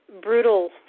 brutal